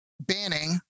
banning